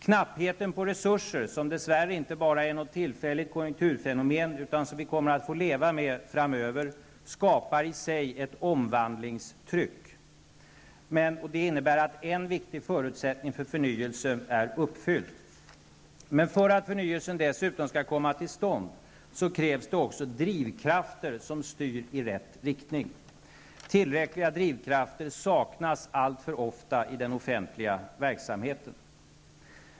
Knappheten på resurser, som dess värre inte bara är något tillfälligt konjunkturfenomen utan som vi kommer att få leva med framöver, skapar i sig ett omvandlingstryck. Det innebär att en viktig förutsättning för förnyelsen är uppfylld. Men för att förnyelsen dessutom skall komma till stånd krävs det också drivkrafter som styr i rätt riktning. Tillräckliga drivkrafter saknas alltför ofta i den offentliga verksamheten.